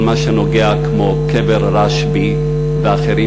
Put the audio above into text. כל מה שנוגע למקומות כמו קבר רשב"י ואחרים,